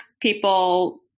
people